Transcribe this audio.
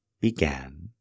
began